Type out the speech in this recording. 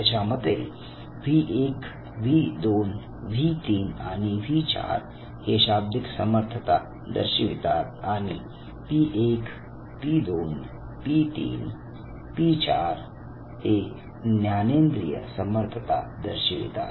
त्याच्या मते V 1 V 2 V 3 V 4 V 1 V 2 V 3 V4 हे शाब्दिक समर्थता दर्शवितात आणि P 1 P 2 P 3 P 4 P1 P2 P3 P4 ज्ञानेंद्रिय समर्थता दर्शवितात